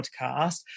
podcast